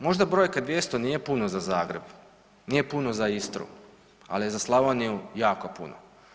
Možda brojka 200 nije puno za Zagreb, nije puno za Istru, ali je za Slavoniju jako puno.